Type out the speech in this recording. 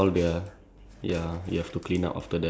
near smelly things you will handle like a lot of smelly things